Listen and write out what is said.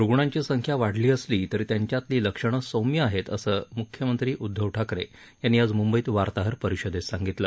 रुग्णांची संख्या वाढली असली तरी त्यांच्यातली लक्षणं सौम्य आहेत असं म्ख्यमंत्री उद्धव ठाकरे यांनी आज मुंबईत वार्ताहर परिषदेत सांगितलं